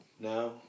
Now